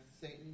Satan